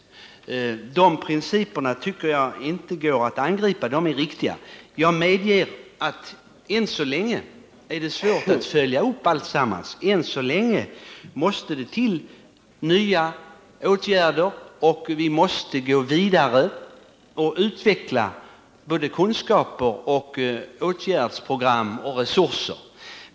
Dessa principer tycker jag inte går att angripa; de är riktiga. Jag medger att det än så länge är svårt att följa upp alltsammans. Än så länge måste det till nya åtgärder. Vi måste gå vidare och utveckla kunskaper, åtgärdsprogram och resurser.